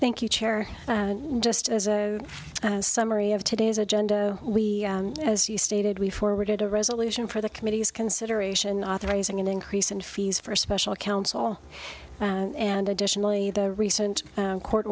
thank you chair just as a summary of today's agenda we as you stated we forwarded a resolution for the committee's consideration authorizing an increase in fees for special counsel and additionally the recent court